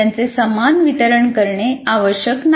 त्यांचे समान वितरण करणे आवश्यक नाही